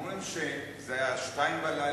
אומרים שזה היה ב-02:00,